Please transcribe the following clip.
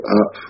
up